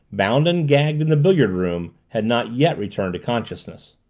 bound and gagged in the billiard room, had not yet returned to consciousness.